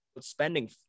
spending